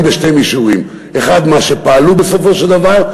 בשני מישורים: 1. מה שפעלו בסופו של דבר,